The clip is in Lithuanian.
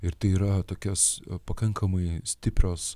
ir tai yra tokios pakankamai stiprios